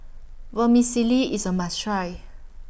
Vermicelli IS A must Try